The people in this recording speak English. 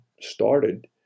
started